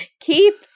keep